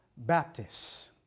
Baptists